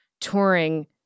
touring